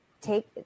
take